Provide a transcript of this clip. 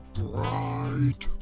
bright